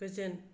गोजोन